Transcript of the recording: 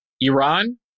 Iran